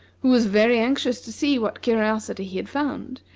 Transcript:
who was very anxious to see what curiosity he had found,